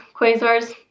quasars